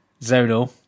Zonal